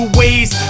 ways